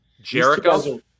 Jericho